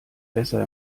besser